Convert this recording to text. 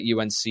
UNC